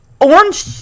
orange